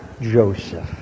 Joseph